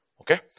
Okay